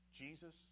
Jesus